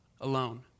alone